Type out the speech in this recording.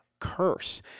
curse